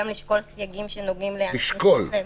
גם לשקול סייגים שנוגעים --- לשקול,